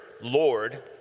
Lord